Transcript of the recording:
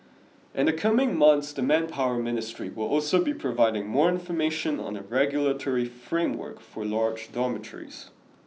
in the coming months the Manpower Ministry will also be providing more information on a regulatory framework for large dormitories